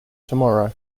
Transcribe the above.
tomorrow